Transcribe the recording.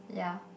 yeah